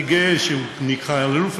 אני גאה שהוא נקרא "אלאלוף",